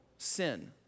sin